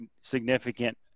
significant